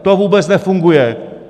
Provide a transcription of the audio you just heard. To vůbec nefunguje.